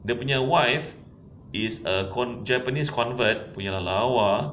dia punya wife is a ko~ japanese convert punya lawa